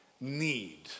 need